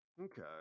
Okay